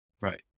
Right